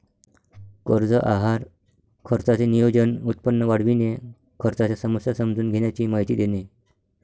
कर्ज आहार खर्चाचे नियोजन, उत्पन्न वाढविणे, खर्चाच्या समस्या समजून घेण्याची माहिती देणे